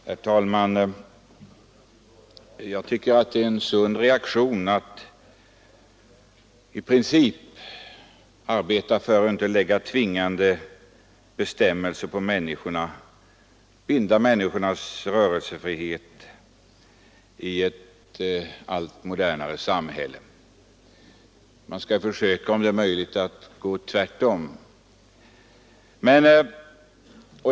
Herr talman! Jag tycker att det är en sund reaktion att man i princip arbetar för att inte lägga tvingande bestämmelser på människorna — binda människornas rörelsefrihet i ett allt modernare samhälle. Man skall försöka — om möjligt — att göra tvärtom.